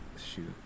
Shoot